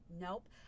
nope